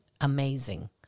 amazing